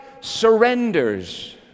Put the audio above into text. surrenders